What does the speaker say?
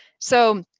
so,